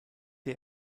der